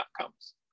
outcomes